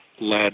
led